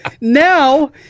now